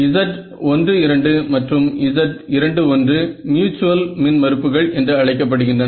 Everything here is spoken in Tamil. Z12 மற்றும் Z21 மியூச்சுவல் மின் மறுப்புகள் என்று அழைக்கப்படுகின்றன